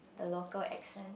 the local accent